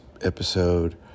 episode